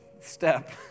step